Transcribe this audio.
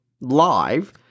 live